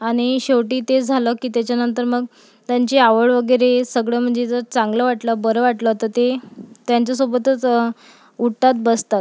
आणि शेवटी ते झालं की त्याच्यानंतर मग त्यांची आवड वगैरे सगळं म्हणजे जर चांगलं वाटलं बरं वाटलं तर ते त्यांच्यासोबतच उठतात बसतात